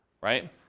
right